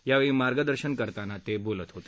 यावेळी मार्गदर्शन करताना ते बोलत होते